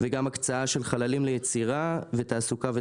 בנוסף הקצאה של חללים ליצירה, תעסוקה ותרבות.